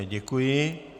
Děkuji.